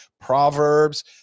Proverbs